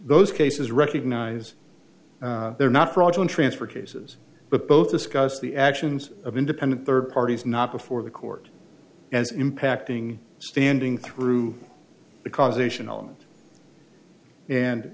those cases recognize they're not fraudulent transfer cases but both discussed the actions of independent third parties not before the court as impacting standing through the causation element and